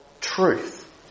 truth